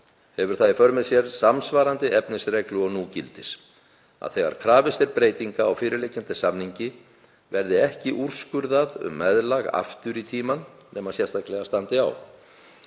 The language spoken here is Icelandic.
Hefur það í för með sér samsvarandi efnisreglu og nú gildir, að þegar krafist er breytinga á fyrirliggjandi samningi verði ekki úrskurðað um meðlag aftur í tímann nema sérstaklega standi á.